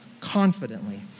Confidently